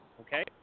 Okay